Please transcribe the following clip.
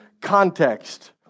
context